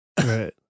Right